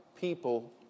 people